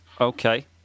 Okay